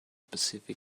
pacific